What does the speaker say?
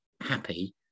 happy